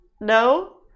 No